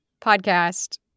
podcast